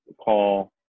call